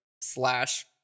slash